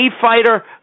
fighter